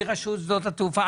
רשות שדות התעופה,